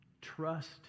trust